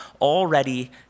already